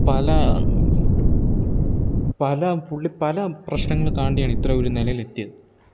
പല പല പുള്ളി പല പ്രശ്നങ്ങൾ താണ്ടിയാണ് ഇത്ര ഒരു നിലയിൽ എത്തിയത്